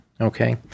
Okay